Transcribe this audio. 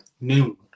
noon